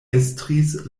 estris